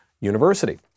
University